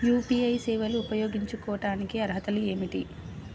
UPI సేవలు ఉపయోగించుకోటానికి అర్హతలు ఏమిటీ?